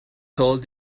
told